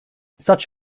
such